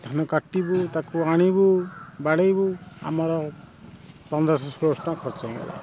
ଧାନ କାଟିବୁ ତାକୁ ଆଣିବୁ ବାଡ଼େଇବୁ ଆମର ପନ୍ଦରଶହ ଷୋଳଶହ ଟଙ୍କା ଖର୍ଚ୍ଚ ହେଇଗଲା